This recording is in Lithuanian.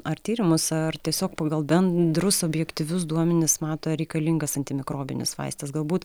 ar tyrimus ar tiesiog pagal bendrus objektyvius duomenis mato ar reikalingas antimikrobinis vaistas galbūt